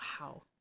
wow